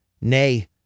Nay